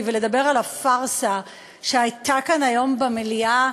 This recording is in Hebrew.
ולדבר על הפארסה שהייתה כאן היום במליאה.